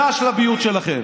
זו השלביות שלכם.